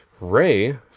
Ray